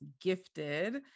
Gifted